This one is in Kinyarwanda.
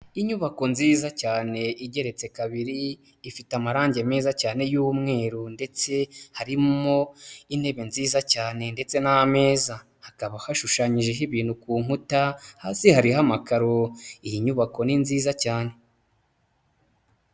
Inyubako nziza cyane igeretse kabiri, ifite amarangi meza cyane y'umweru ndetse harimo intebe nziza cyane ndetse n'ameza, hakaba hashushanyijeho ibintu ku nkuta, hasi hariho amakaro, iyi nyubako ni nziza cyane.